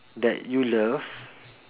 that you love